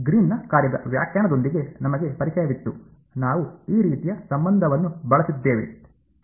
ಗ್ರೀನ್ನ ಕಾರ್ಯದ ವ್ಯಾಖ್ಯಾನದೊಂದಿಗೆ ನಮಗೆ ಪರಿಚಯವಿತ್ತು ನಾವು ಈ ರೀತಿಯ ಸಂಬಂಧವನ್ನು ಬಳಸಿದ್ದೇವೆ